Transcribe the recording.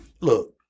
look